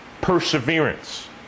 perseverance